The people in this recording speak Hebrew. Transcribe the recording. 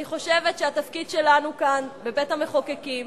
אני חושבת שהתפקיד שלנו כאן, בבית-המחוקקים,